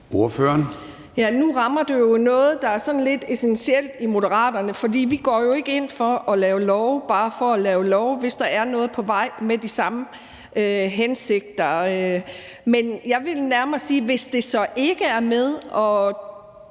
nu rammer du jo noget, der er sådan lidt essentielt hos Moderaterne, for vi går ikke ind for at lave love bare for at lave love, hvis der er noget på vej med de samme hensigter. Men jeg vil nærmere sige, at hvis det så ikke er med –